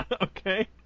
Okay